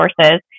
sources